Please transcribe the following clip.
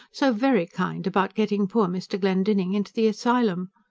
so very kind, about getting poor mr. glendinning into the asylum.